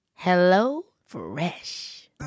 HelloFresh